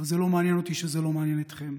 אבל זה לא מעניין אותי שזה לא מעניין אתכם.